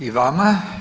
I vama.